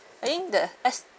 I think the